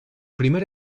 primer